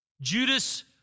Judas